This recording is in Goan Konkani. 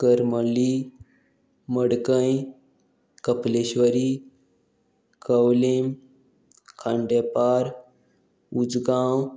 करमली मडकय कपलेश्वरी कवलिम खांडेपार उजगांव